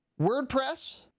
WordPress